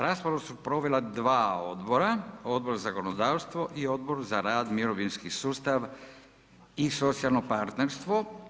Raspravu su proveli dva odbora, Odbor za zakonodavstvo i Odbor za rad, mirovinski sustav i socijalno partnerstvo.